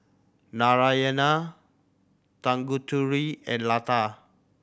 Narayana Tanguturi and Lata